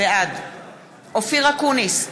בעד אופיר אקוניס,